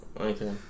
Okay